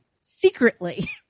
secretly